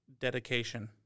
dedication